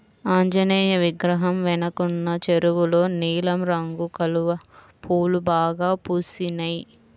ఆంజనేయ విగ్రహం వెనకున్న చెరువులో నీలం రంగు కలువ పూలు బాగా పూసినియ్